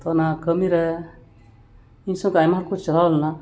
ᱛᱚ ᱚᱱᱟ ᱠᱟᱹᱢᱤᱨᱮ ᱤᱧ ᱥᱚᱸᱜᱮ ᱟᱭᱢᱟ ᱦᱚᱲ ᱠᱚ ᱪᱟᱞᱟᱣ ᱞᱮᱱᱟ